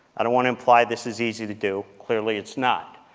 i don't want to imply this is easy to do, clearly, it's not.